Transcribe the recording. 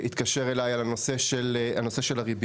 שהתקשר אליי על הנושא של הריביות.